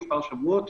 מספר שבועות,